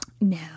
No